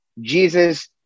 Jesus